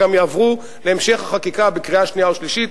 גם יעברו להמשך החקיקה בקריאה שנייה ושלישית.